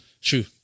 True